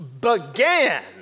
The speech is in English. began